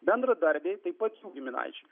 bendradarbiai taip pat jų giminaičiai